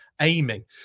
aiming